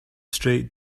straight